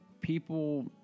people